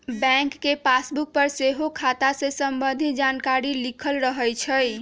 bank के passbook पर सेहो खता से संबंधित जानकारी लिखल रहै छइ